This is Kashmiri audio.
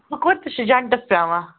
سُہ کۭتِس چھِ جَنٛٹٕس پٮ۪وان